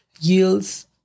yields